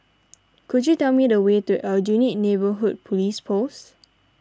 could you tell me the way to Aljunied Neighbourhood Police Post